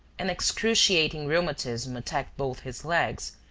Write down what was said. an excruciating rheumatism attacked both his legs,